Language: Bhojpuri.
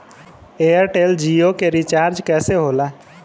एयरटेल जीओ के रिचार्ज कैसे होला?